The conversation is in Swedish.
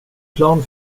plan